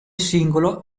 singolo